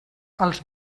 els